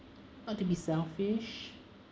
not to be selfish